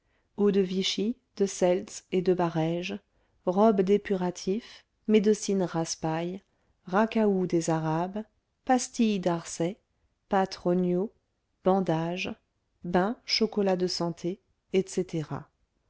de vichy de seltz et de barèges robs dépuratifs médecine raspail racahout des arabes pastilles darcet pâte regnault bandages bains chocolats de santé etc